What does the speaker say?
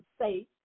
safe